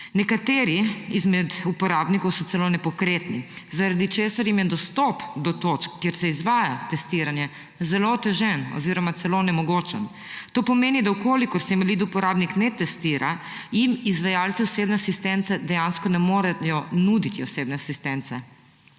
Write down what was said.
Nekateri izmed uporabnikov so celo nepokretni, zaradi česar jim je dostop do točk, kjer se izvaja testiranje, zelo otežen oziroma celo onemogočen. To pomeni, da če se invalid uporabnik ne testira, jim izvajalci osebne asistence dejansko ne morejo nuditi osebne asistence.